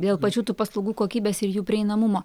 dėl pačių tų paslaugų kokybės ir jų prieinamumo